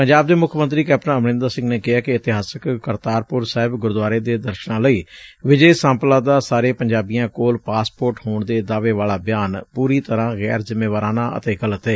ਪੰਜਾਬ ਦੇ ਮੁੱਖ ਮੰਤਰੀ ਕੈਪਟਨ ਅਮਰੰਦਰ ਸੰਘ ਨੇ ਕਿਹੈ ਕਿ ਇਤਿਹਾਸਕ ਕਰਤਾਰਪੁਰ ਸਾਹਿਬ ਗੁਰਦੁਆਰੇ ਦੇ ਦਰਸ਼ਨਾਂ ਲਈ ਵਿਜੈ ਸਾਂਪਲਾ ਦਾ ਸਾਰੇ ਪੰਜਾਬੀਆਂ ਕੋਲ ਪਾਸਪੋਰਟ ਹੋਣ ਦੇ ਦਾਅਵੇ ਵਾਲਾ ਬਿਆਨ ਪੁਰੀ ਤਰਾਂ ਗੈਰ ਜ਼ਿੰਮੇਵਾਰਾਨਾ ਅਤੇ ਗਲਤ ਏ